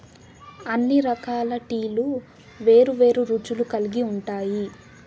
అన్ని రకాల టీలు వేరు వేరు రుచులు కల్గి ఉంటాయి